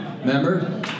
Remember